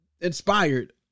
inspired